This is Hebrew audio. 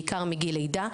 בעיקר מגיל לידה,